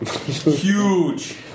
huge